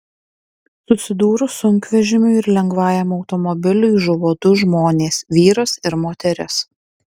susidūrus sunkvežimiui ir lengvajam automobiliui žuvo du žmonės vyras ir moteris